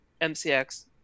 MCX